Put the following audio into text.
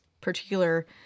particular